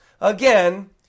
again